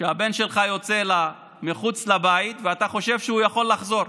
שהבן שלך יוצא מחוץ לבית ואתה חושב שהוא יכול לחזור.